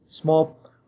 small